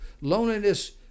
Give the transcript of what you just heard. Loneliness